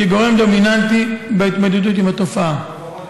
כגורם דומיננטי בהתמודדות עם התופעה.